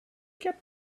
kept